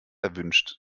erwünscht